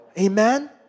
Amen